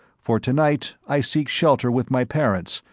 for tonight i seek shelter with my parents,